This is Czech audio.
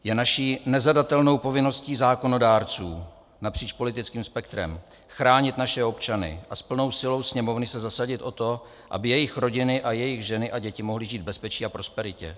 Je naší nezadatelnou povinností zákonodárců napříč politickým spektrem chránit naše občany a s plnou silou Sněmovny se zasadit o to, aby jejich rodiny a jejich ženy a děti mohly žít v bezpečí a prosperitě.